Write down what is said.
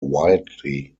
widely